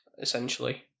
essentially